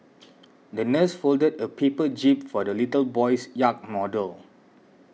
the nurse folded a paper jib for the little boy's yacht model